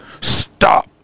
Stop